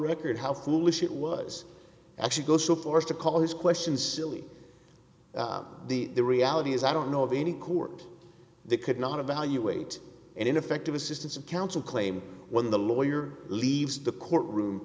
record how foolish it was actually go so far as to call his questions silly the reality is i don't know of any court they could not evaluate and ineffective assistance of counsel claim when the lawyer leaves the courtroom